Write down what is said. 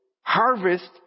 Harvest